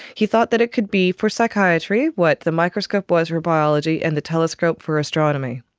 he thought that it could be for psychiatry what the microscope was for biology and the telescope for astronomy.